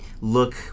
look